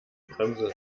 bremse